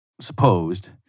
supposed